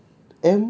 no but